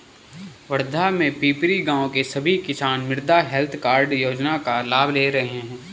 वर्धा के पिपरी गाँव के सभी किसान मृदा हैल्थ कार्ड योजना का लाभ ले रहे हैं